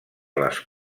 les